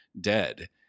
dead